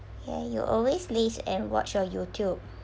ya you always laze and watch your YouTube